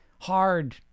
hard